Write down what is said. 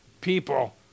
people